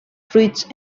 fruits